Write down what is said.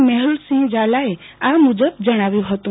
મેહુલસિંહ ઝાલાએ આ મુજબ જણાવ્યું હતું